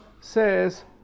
says